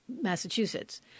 Massachusetts